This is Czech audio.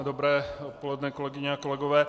Dobré odpoledne, kolegyně a kolegové.